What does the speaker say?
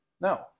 No